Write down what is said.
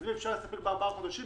אז אם אפשר להסתפק בארבעה חודשים,